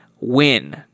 win